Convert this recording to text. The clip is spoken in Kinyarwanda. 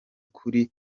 kuri